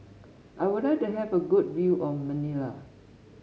I would like to have a good view of Manila